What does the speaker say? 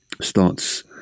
starts